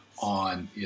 on